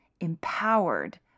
empowered